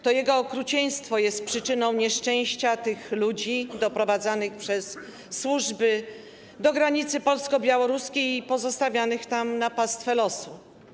To jego okrucieństwo jest przyczyną nieszczęścia tych ludzi doprowadzanych przez służby do granicy polsko-białoruskiej i pozostawianych tam na pastwę losu.